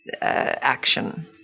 action